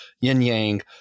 yin-yang